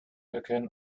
erkennen